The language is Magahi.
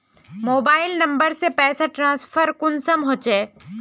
मोबाईल नंबर से पैसा ट्रांसफर कुंसम होचे?